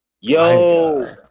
yo